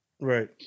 Right